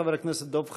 חבר הכנסת דב חנין,